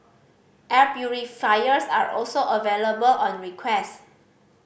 air purifiers are also available on request